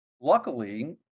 luckily